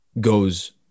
goes